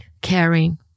caring